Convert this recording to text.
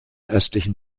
östlichen